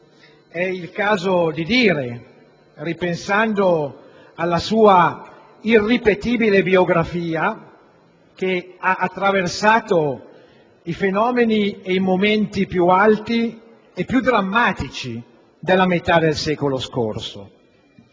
è il caso di dire, ripensando alla sua irripetibile biografia, che ha attraversato i fenomeni ed i momenti più alti e più drammatici della metà del secolo scorso: